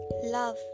Love